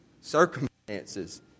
circumstances